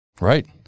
Right